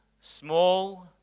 small